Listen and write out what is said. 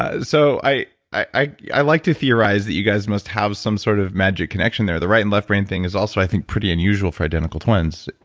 ah so i i like to theorize that you guys must have some sort of magic connection there. the right and left brain thing is also, i think pretty unusual for identical twins,